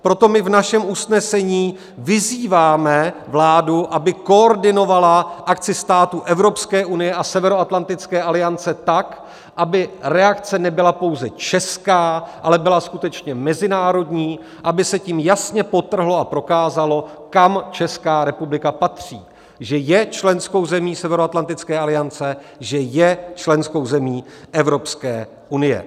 Proto my v našem usnesení vyzýváme vládu, aby koordinovala akci států Evropské unie a Severoatlantické aliance tak, aby reakce nebyla pouze česká, ale byla skutečně mezinárodní, aby se tím jasně podtrhlo a prokázalo, kam Česká republika patří, že je členskou zemí Severoatlantické aliance, že je členskou zemí Evropské unie.